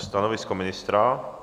Stanovisko ministra?